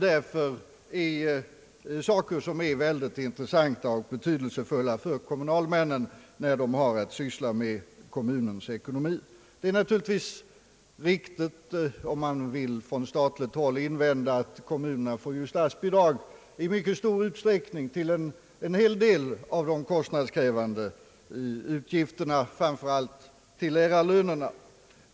Därför är dessa frågor mycket intressanta och betydelsefulla för kommunalmännen när de har att syssla med kommunens ekonomi. Det är naturligtvis riktigt, om man från statligt håll vill invända att kommunerna får statsbidrag i mycket stor utsträckning till en hel del kostnadskrävande uppgifter, framför allt till lärarlöner.